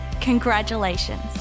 congratulations